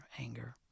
anger